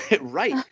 Right